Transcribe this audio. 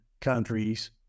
countries